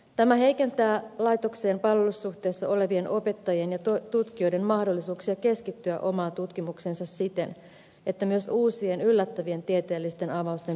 tämä heikentää laitokseen palvelussuhteessa olevien opettajien ja tutkijoiden mahdollisuuksia keskittyä omaan tutkimukseensa siten että myös uusien yllättävien tieteellisten avausten tekeminen on mahdollista